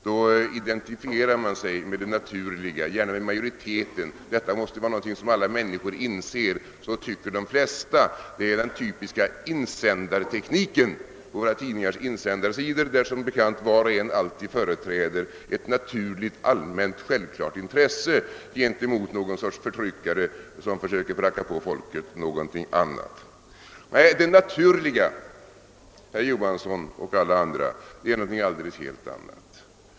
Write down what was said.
Då identifierar man sig med det naturliga, gärna med majoriteten. Detta måste vara någonting som alla människor inser, så tycker de flesta. Det är den typiska insändartekniken på våra tidningars insändarsidor, där som bekant var och en alltid företräder ett naturligt, allmänt, självklart intresse gentemot någon sorts förtryckare som försöker pracka på folket andra uppfattningar. Nei, det naturliga är, herr Johansson och alla andra, någonting helt annat.